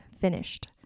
Finished